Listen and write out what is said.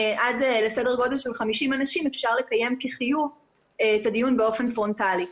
עד לסדר גודל של 50 אנשים אפשר לקיים כחיוב את הדיון באופן פרונטאלי.